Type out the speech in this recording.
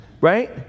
right